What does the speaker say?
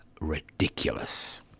ridiculous